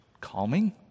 Calming